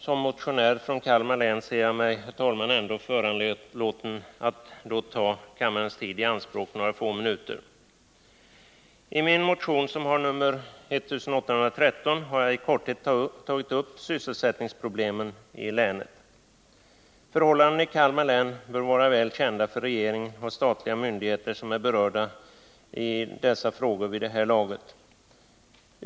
Som motionär från Kalmar län ser jag mig, herr talman, ändå föranlåten att ta kammarens tid i anspråk några få minuter. I min motion, som har nummer 1813, har jag i korthet tagit upp sysselsättningsproblemen i länet. Förhållandena i Kalmar län bör vid det här laget vara väl kända för regeringen och de statliga myndigheter som är berörda av dessa frågor.